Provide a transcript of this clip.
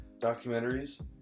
documentaries